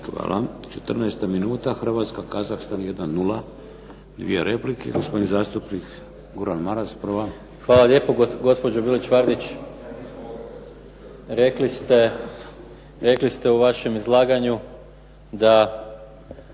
Hvala. 14. minuta, Hrvatska-Kazahstan 1:0. Dvije replike. Gospodin zastupnik Goran Maras, prva. **Maras, Gordan (SDP)** Hvala lijepo. Gospođo Bilić Vardić rekli ste u vašem izlaganju da